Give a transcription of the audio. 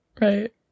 right